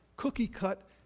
cookie-cut